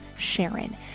Sharon